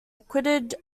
acquitted